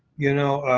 you know,